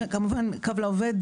שכמובן עמותת קו לעובד